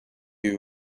you